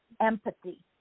empathy